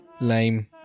lame